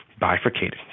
bifurcated